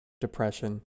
depression